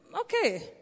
okay